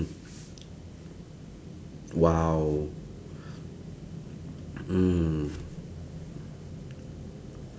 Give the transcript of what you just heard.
!wow! mm